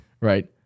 Right